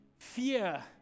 Fear